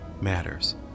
matters